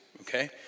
Okay